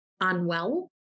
unwell